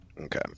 Okay